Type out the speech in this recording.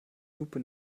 lupe